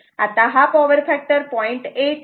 आता हा power factor 0